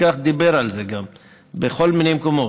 דיבר על זה גם בכל מיני מקומות,